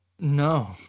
No